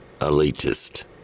elitist